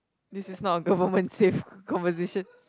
this is not a government safe conversation